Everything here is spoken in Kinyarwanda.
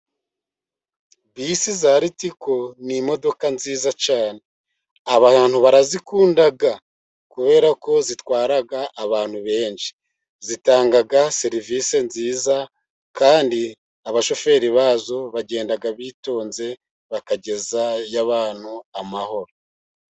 Bisi za ritiko ni imodoka nziza cyane abantu barazikunda kubera ko zitwara abantu benshi, zitanga serivisi nziza kandi abashoferi bazo, bagenda bitonze bakagezayo abantu amahoro.